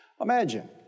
Imagine